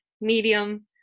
medium